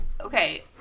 okay